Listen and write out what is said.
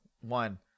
one